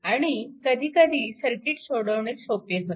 आणि कधी कधी सर्किट सोडवणे सोपे होते